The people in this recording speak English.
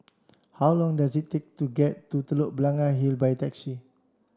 how long does it take to get to Telok Blangah Hill by taxi